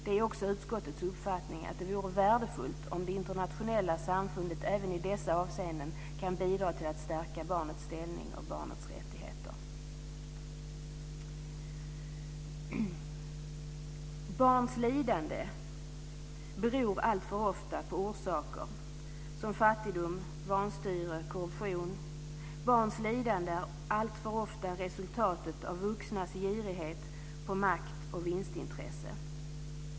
Det är också utskottets uppfattning att det vore värdefullt om det internationella samfundet även i dessa avseenden kan bidra till att stärka barnets ställning och barnets rättigheter. Barns lidande beror alltför ofta på saker som fattigdom, vanstyre och korruption. Barns lidande är alltför ofta resultatet av vuxnas girighet på makt och vinstintresse.